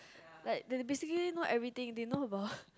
like the basically not everything they know about